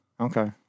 Okay